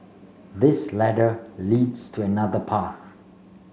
this ladder leads to another path